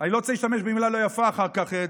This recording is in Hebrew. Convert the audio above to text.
אני לא רוצה להשתמש במילה לא יפה אחר כך,